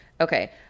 Okay